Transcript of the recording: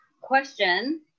question